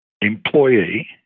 employee